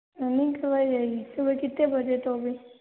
running करवाई जाएगी सुबह कितने बजे तो भी